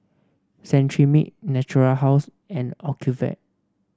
Cetrimide Natura House and Ocuvite